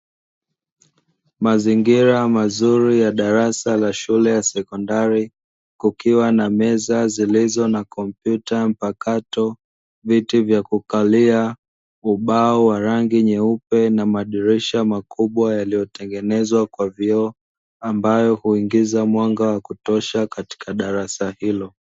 Mazingira mazuri ya darasa la shule ya Sekondari, kukiwa na meza zilizo na kompyuta mpakato, viti vya kukalia, ubao wa rangi nyeupe na madirisha makubwa yaliyotengenezwa kwa vioo ambavyo huingiza mwanga wa kutosha katika darasa hilo.